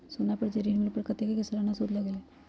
सोना पर जे ऋन मिलेलु ओपर कतेक के सालाना सुद लगेल?